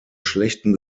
schlechten